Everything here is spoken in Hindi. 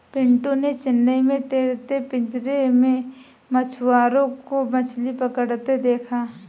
पिंटू ने चेन्नई में तैरते पिंजरे में मछुआरों को मछली पकड़ते देखा